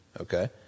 Okay